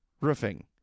roofing